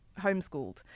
homeschooled